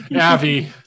avi